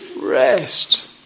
rest